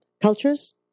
cultures